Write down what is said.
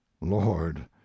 lord